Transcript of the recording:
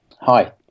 Hi